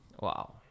Wow